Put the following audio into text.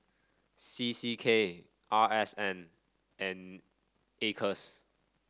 C C K R S N and Acres